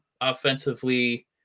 offensively